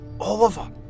Oliver